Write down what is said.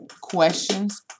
questions